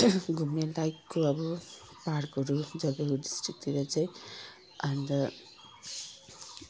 घुम्ने लाइकको अब पार्कहरू जलपाइगुडी डिस्ट्रिक्टतिर चाहिँ अन्त